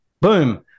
boom